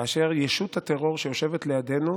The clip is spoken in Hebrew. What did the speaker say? כאשר ישות הטרור שיושבת לידינו